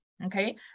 Okay